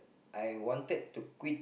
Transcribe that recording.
I wanted to quit